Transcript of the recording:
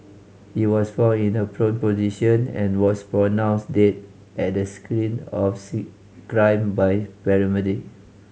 he was found in a prone position and was pronounced dead at the screen of see crime by paramedic